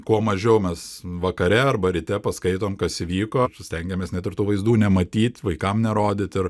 kuo mažiau mes vakare arba ryte paskaitom kas įvyko stengiamės net ir tų vaizdų nematyt vaikam nerodyt ir